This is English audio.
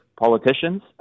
politicians